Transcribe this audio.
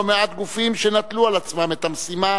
לא מעט גופים שנטלו על עצמם את המשימה